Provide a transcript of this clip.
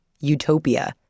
Utopia